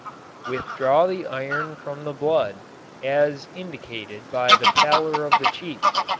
withdraw the iron from the blood as indicated by the pallor of the cheeks,